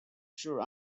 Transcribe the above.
sure